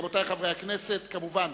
רבותי חברי הכנסת, כמובן,